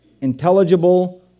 intelligible